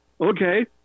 Okay